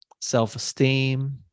self-esteem